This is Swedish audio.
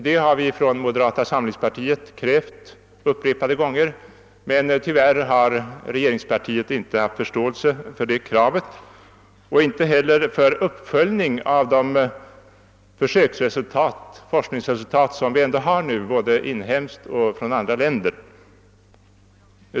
Detta har vi inom moderata samlingspartiet krävt upprepade gånger men tyvärr har regeringspartiet inte haft förståelse för kravet och inte heller för betydelsen av en uppföljning av de forskningsresultat som ändå finns både från vårt eget land och från andra länder.